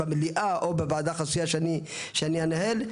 במליאה או בוועדה חסויה שאני אנהל,